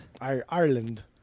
Ireland